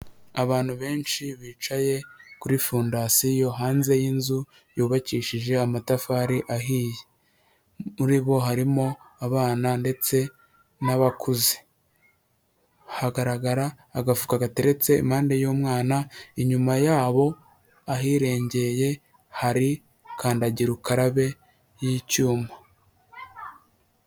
Abantu benshi bicaye kuri fondasiyo hanze y'inzu yubakishije amatafari ahiye, muri bo harimo abana ndetse n'abakuze, hagaragara agafuka gateretse impande y'umwana, inyuma yabo ahirengeye hari kandagira ukarabe y'icyuma.